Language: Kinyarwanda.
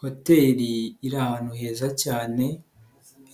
Hoteri iri ahantu heza cyane